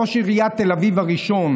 ראש עיריית תל אביב הראשון,